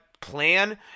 plan